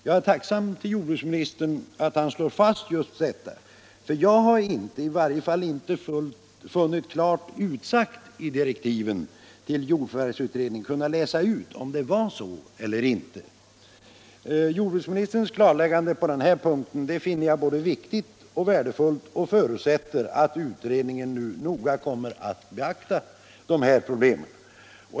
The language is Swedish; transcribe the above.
Jag är tacksam för att jordbruksministern slår fast just detta, för jag har inte funnit det klart utsagt i direktiven till jordförvärvsutredningen om det var så eller inte. Jordbruksministerns klarläggande på den här punkten finner jag både viktigt och värdefullt, och jag förutsätter att utredningen nu noga kommer att beakta dessa problem.